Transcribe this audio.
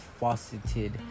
fauceted